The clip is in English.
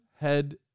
head